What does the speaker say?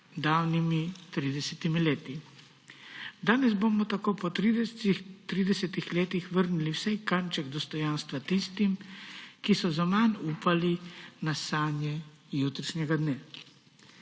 davnimi 30 leti. Danes bomo tako po 30 letih vrnili vsaj kanček dostojanstva tistim, ki so zaman upali na sanje jutrišnjega dne.